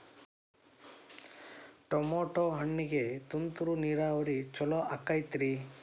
Tomato ಹಣ್ಣಿಗೆ ತುಂತುರು ನೇರಾವರಿ ಛಲೋ ಆಕ್ಕೆತಿ?